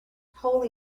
holy